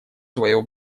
свое